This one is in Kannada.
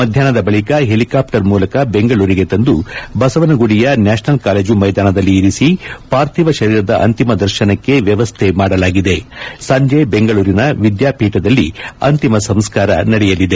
ಮಧ್ಯಾಹ್ನದ ಬಳಿಕ ಹೆಲಿಕಾಪ್ಟರ್ ಮೂಲಕ ಬೆಂಗಳೂರಿಗೆ ತಂದು ಬಸವನಗುಡಿಯ ನ್ಯಾಷನಲ್ ಕಾಲೇಜು ಮೈದಾನದಲ್ಲಿ ಇರಿಸಿ ಪಾರ್ಥಿವ ಶರೀರದ ಅಂತಿಮ ದರ್ಶನಕ್ಕೆ ವ್ಯವಸ್ಥೆ ಮಾಡಲಾಗಿದೆ ಸಂಜಿ ಬೆಂಗಳೂರಿನ ವಿದ್ಯಾಪೀಠದಲ್ಲಿ ಅಂತಿಮ ಸಂಸ್ಕಾ ರ ನಡೆಯಲಿದೆ